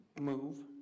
Move